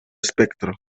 espectro